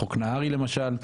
חוק נהרי למשל,